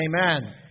Amen